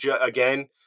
Again